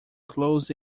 close